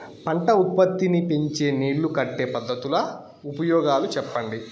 పంట ఉత్పత్తి నీ పెంచే నీళ్లు కట్టే పద్ధతుల ఉపయోగాలు చెప్పండి?